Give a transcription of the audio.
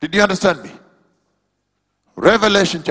did you understand revelation